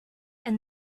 and